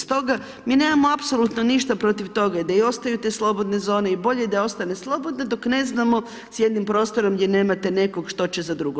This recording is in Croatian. Stoga mi nemamo apsolutno ništa protiv toga i da ostaju i te slobodne zone, i bolje da ostane slobodna dok ne znamo s jednim prostorom gdje nemate nekog što će za drugo.